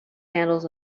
handles